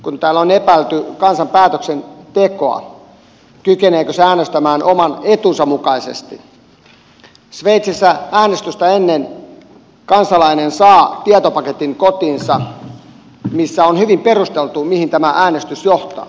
kun täällä on epäilty kansan päätöksentekoa kykeneekö se äänestämään oman etunsa mukaisesti sveitsissä äänestystä ennen kansalainen saa tietopaketin kotiinsa missä on hyvin perusteltu mihin tämä äänestys johtaa